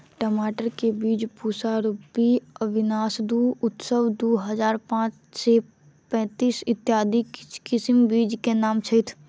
टमाटर केँ बीज पूसा रूबी, अविनाश दु, उत्सव दु हजार पांच सै पैतीस, इत्यादि किछ किसिम बीज केँ नाम छैथ?